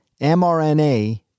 mRNA